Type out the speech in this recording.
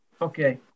Okay